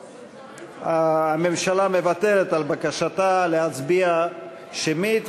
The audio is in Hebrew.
הממשלה מוותרת על בקשתה להצביע שמית,